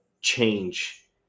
change